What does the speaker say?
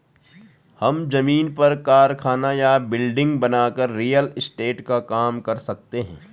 हम जमीन पर कारखाना या बिल्डिंग बनाकर रियल एस्टेट का काम कर सकते है